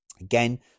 Again